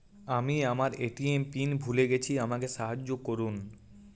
আমি আমার ATM pin ভুলে গেছি আমাকে সাহায্য করুন